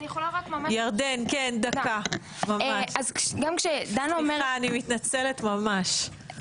ירדן, דקה , סליחה אני מתנצלת ממש.